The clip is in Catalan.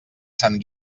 sant